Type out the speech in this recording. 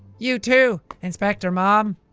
you too, inspector mom!